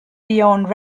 beyond